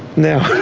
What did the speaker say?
now